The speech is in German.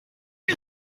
ihm